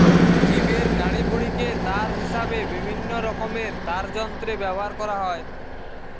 জীবের নাড়িভুঁড়িকে তার হিসাবে বিভিন্নরকমের তারযন্ত্রে ব্যাভার কোরা হয়